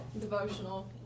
devotional